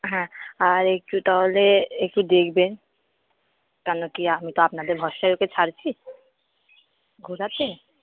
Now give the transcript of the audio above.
হ্যাঁ আর একটু তাহলে একটু দেখবেন কেন কি আমি তো আপনাদের ভরসায় ওকে ছাড়ছি ঘোরাতে